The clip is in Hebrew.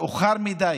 מאוחר מדי.